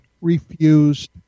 refused